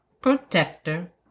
protector